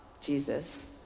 Jesus